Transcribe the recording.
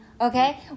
okay